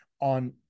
on